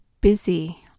busy